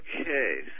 okay